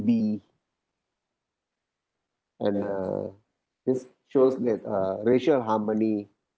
be and uh this shows that a racial harmony